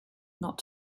not